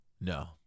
No